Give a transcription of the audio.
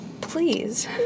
please